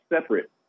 separate